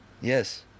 Yes